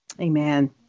Amen